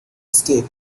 escape